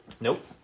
Nope